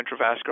intravascular